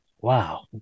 wow